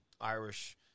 irish